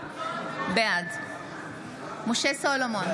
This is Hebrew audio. בעד משה סולומון,